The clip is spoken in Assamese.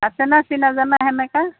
আছে না চিনা জানা সেনেকা